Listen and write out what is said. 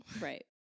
Right